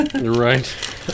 right